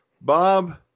Bob